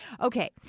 Okay